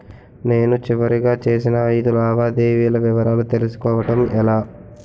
నేను చివరిగా చేసిన ఐదు లావాదేవీల వివరాలు తెలుసుకోవటం ఎలా?